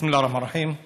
בסם אללה א-רחמאן א-רחים.